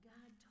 God